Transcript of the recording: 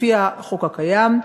לפי החוק הקיים,